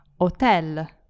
hotel